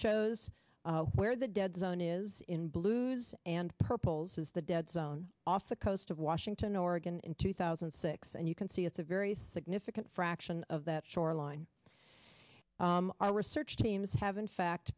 shows where the dead zone is in blues and purples is the dead zone off the coast of washington oregon in two thousand and six and you can see it's a very significant fraction of that shoreline our research teams have in fact